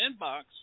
inbox